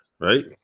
right